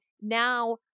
now